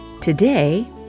Today